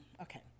okay